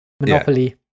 monopoly